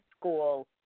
school